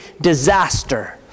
disaster